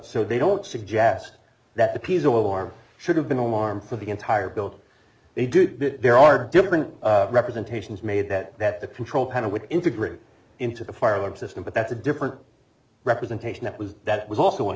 so they don't suggest that the peace or war should have been alarm for the entire building they do there are different representations made that that the control panel would integrated into the fire alarm system but that's a different representation that was that was also one